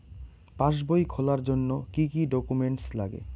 পাসবই খোলার জন্য কি কি ডকুমেন্টস লাগে?